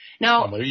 Now